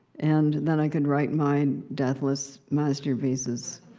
and then i could write my deathless masterpieces